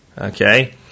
Okay